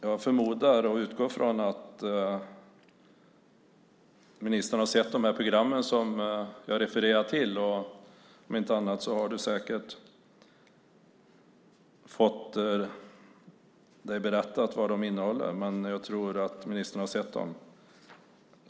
Jag förmodar och utgår från att ministern har sett de program som jag refererar till. Om inte annat har hon säkert fått sig berättat vad de innehåller. Men jag tror att ministern har sett dem.